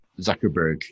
Zuckerberg